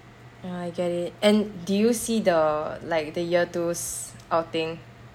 ya I get it and did you see the like the year twos outing